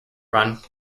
run